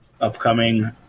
upcoming